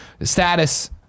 status